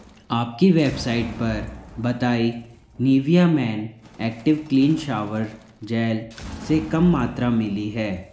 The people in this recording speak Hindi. आपकी वेबसाइट पर बताई Nivea men active clean shower gel से कम मात्रा मिली है